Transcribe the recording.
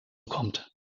kommt